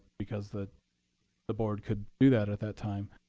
because the the board could do that at that time.